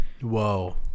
Whoa